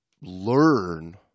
learn